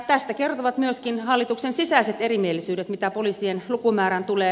tästä kertovat myös hallituksen sisäiset erimielisyydet mitä poliisien lukumäärään tulee